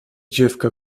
dziewka